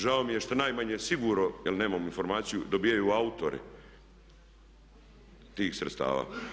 Žao mi je što najmanje sigurno jer nemamo informaciju dobivaju autori tih sredstava.